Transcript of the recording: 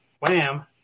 wham